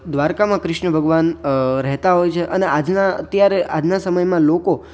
દ્વારિકામાં ક્રિષ્ણ ભગવાન રહેતા હોય છે અને આજના અત્યારે આજના સમયમાં લોકો